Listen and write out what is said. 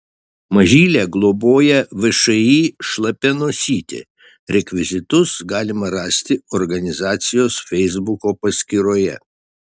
mažylę globoja všį šlapia nosytė rekvizitus galima rasti organizacijos feisbuko paskyroje